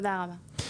תודה רבה.